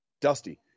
Dusty